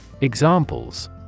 Examples